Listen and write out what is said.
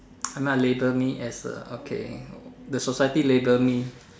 ah label me as a okay the society label me